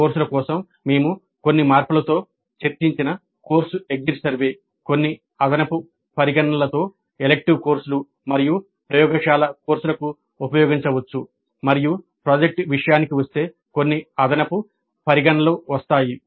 core కోర్సుల కోసం మేము కొన్ని మార్పులతో చర్చించిన కోర్సు ఎగ్జిట్ సర్వే కొన్ని అదనపు పరిగణనలతో ఎలెక్టివ్ కోర్సులు మరియు ప్రయోగశాల కోర్సులకు ఉపయోగించవచ్చు మరియు ప్రాజెక్ట్ విషయానికి వస్తే కొన్ని అదనపు పరిగణనలు వస్తాయి